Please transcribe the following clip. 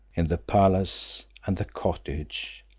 in the palace and the cottage,